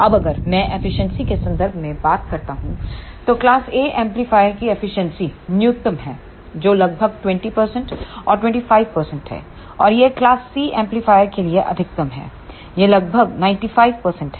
अब अगर मैं एफिशिएंसी के संदर्भ में बात करता हूं तो क्लास A एम्पलीफायर की एफिशिएंसी न्यूनतम है जो लगभग 20 और 25 हैऔर यह क्लास C एम्पलीफायर के लिए अधिकतम है यह लगभग 95 है